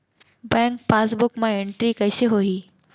Bank passbook मा entry कइसे होही?